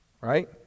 right